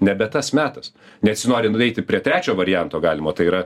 nebe tas metas nesinori nueiti prie trečio varianto galimo tai yra